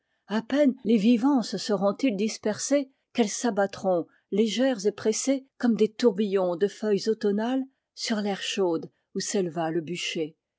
a peine les vivants se seront-ils dispersés qu'elles s'abattront légères et pressées comme des tourbillons de feuilles automnales sur l'aire chaude où s'éleva le bûcher